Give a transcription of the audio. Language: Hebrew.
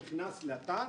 נכנס לתו,